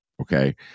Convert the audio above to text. Okay